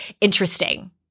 interesting